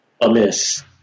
amiss